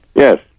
yes